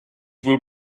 will